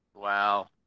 Wow